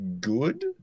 good